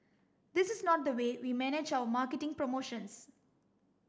this is not the way we manage our marketing promotions